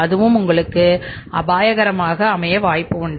அதுவும் உங்களுக்கு அபாயகரமாக அமைய வாய்ப்பு உண்டு